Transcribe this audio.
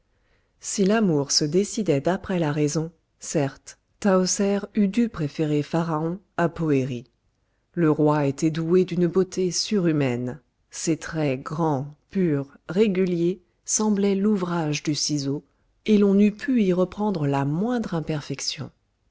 si l'amour se décidait d'après la raison certes tahoser eût dû préférer pharaon à poëri le roi était doué d'une beauté surhumaine ses traits grands purs réguliers semblaient l'ouvrage du ciseau et l'on n'eût pu y reprendre la moindre imperfection